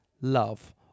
love